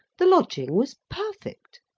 the lodging was perfect.